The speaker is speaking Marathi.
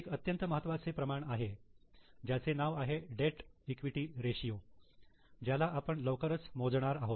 एक अत्यंत महत्त्वाचे प्रमाण आहे ज्याचे नाव आहे डेट इक्विटी रेषीयो ज्याला आपण लवकरच मोजणार आहोत